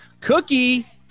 Cookie